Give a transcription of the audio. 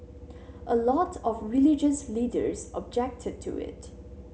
a lot of religious leaders objected to it